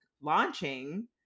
launching